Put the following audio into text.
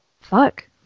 Fuck